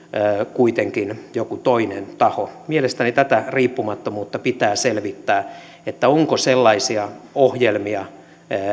kuitenkin joku toinen taho mielestäni tätä riippumattomuutta pitää selvittää että onko sellaisia ohjelmia